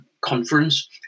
conference